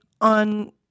on